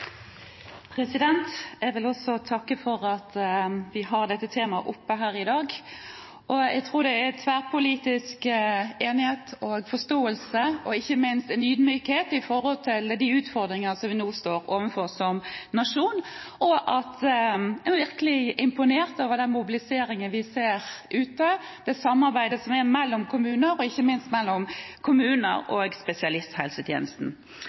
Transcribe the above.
er tverrpolitisk enighet, forståelse og ikke minst ydmykhet med hensyn til de utfordringer som vi nå står overfor som nasjon. Jeg er virkelig imponert over den mobiliseringen vi ser ute og det samarbeidet som er mellom kommuner, og ikke minst mellom kommuner og spesialisthelsetjenesten.